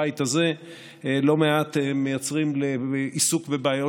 בבית הזה מייצרים לא מעט עיסוק בבעיות